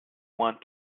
want